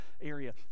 area